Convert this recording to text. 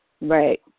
Right